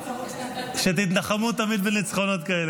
שתתנחמו תמיד בניצחונות כאלה,